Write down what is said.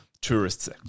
tourists